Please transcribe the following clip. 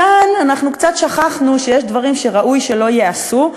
כאן אנחנו קצת שכחנו שיש דברים שראוי שלא ייעשו,